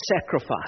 sacrifice